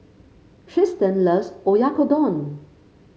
Trystan loves Oyakodon